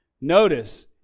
Notice